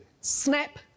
snap